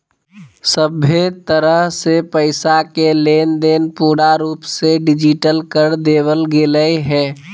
सभहे तरह से पैसा के लेनदेन पूरा रूप से डिजिटल कर देवल गेलय हें